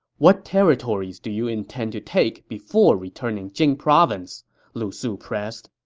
what territories do you intend to take before returning jing province? lu su pressed